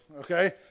Okay